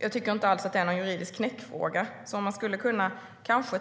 Jag tycker inte alls att detta är någon juridisk knäckfråga. Man skulle